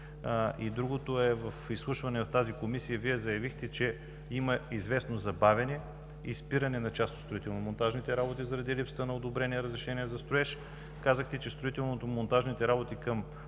И другото е – в изслушване в тази Комисия Вие заявихте, че има известно забавяне и спиране на част от строително-монтажните работи заради липсата на одобрени разрешения за строеж. Казахте, че строително-монтажните работи,